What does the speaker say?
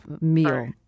meal